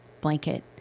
blanket